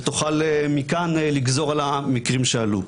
שתוכל מכאן לגזור על המקרים שהיו.